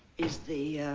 is the